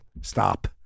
stop